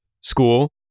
school